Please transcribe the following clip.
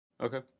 Okay